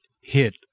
hit